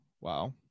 wow